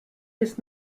des